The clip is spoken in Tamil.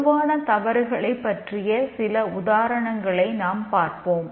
பொதுவான தவறுகளைப் பற்றிய சில உதாரணங்களை நாம் பார்ப்போம்